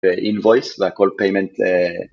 invoice וה call payment